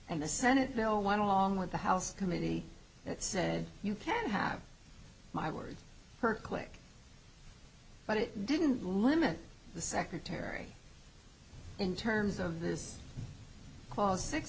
and the senate bill one along with the house committee that said you can have my words per click but it didn't limit the secretary in terms of this clause six